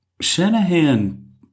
Shanahan